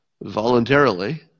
voluntarily